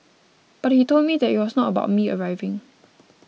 but he told me that it was not about me arriving